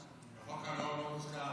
בחוק הלאום לא מוזכר,